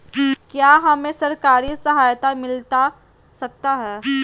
क्या हमे सरकारी सहायता मिलता सकता है?